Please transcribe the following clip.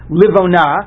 livona